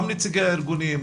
גם נציגי הארגונים,